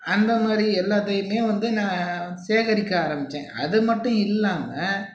அந்த மாதிரி எல்லாத்தையும் வந்து நான் சேகரிக்க ஆரம்பித்தேன் அது மட்டும் இல்லாமல்